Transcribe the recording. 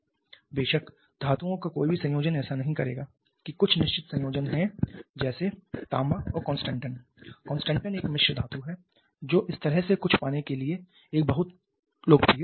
बेशक धातुओं का कोई भी संयोजन ऐसा नहीं करेगा कि कुछ निश्चित संयोजन हैं जैसे तांबा और कांसटेनटन कांसटेनटन एक मिश्र धातु है जो इस तरह से कुछ पाने के लिए एक बहुत लोकप्रिय संयोजन है